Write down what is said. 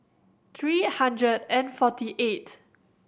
three hundred and forty eight